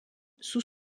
sous